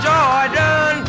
Jordan